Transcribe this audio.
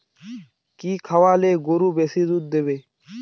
কি খাওয়ালে গরু বেশি দুধ দেবে?